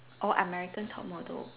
orh American top model